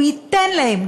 הוא ייתן להן,